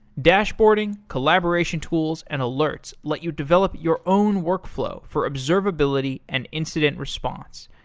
dashboarding, collaboration tools, and alerts let you develop your own workflow for observability and incident response.